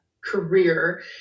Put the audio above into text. career